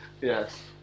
yes